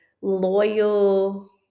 loyal